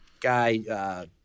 guy